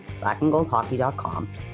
blackandgoldhockey.com